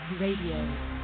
Radio